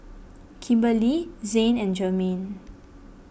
Kimberli Zain and Germaine